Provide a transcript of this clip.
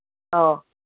ꯑꯧ